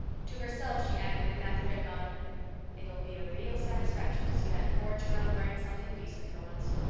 to herself she added when matthew had gone it'll be a real satisfaction to see that poor child wearing something decent for once.